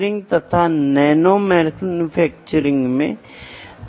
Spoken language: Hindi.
तो एक पाइप क्यों लीक हो रहा है